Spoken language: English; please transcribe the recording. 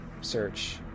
search